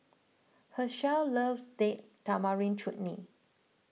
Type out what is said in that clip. Hershel loves Date Tamarind Chutney